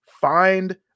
find